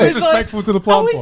disrespectful to the plant